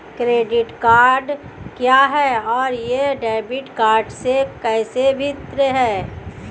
Credit card क्या है और यह डेबिट कार्ड से कैसे भिन्न है?